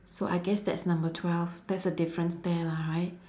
so I guess that's number twelve that's a difference there lah right